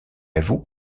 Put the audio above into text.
avoue